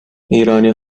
ایرانی